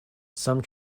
some